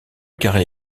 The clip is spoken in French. carré